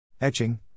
Etching